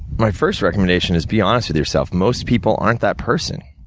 my first recommendation is, be honest with yourself, most people aren't that person.